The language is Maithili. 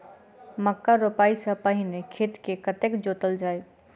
मक्का रोपाइ सँ पहिने खेत केँ कतेक जोतल जाए?